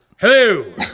Hello